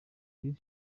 kris